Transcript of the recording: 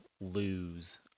lose